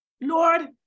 Lord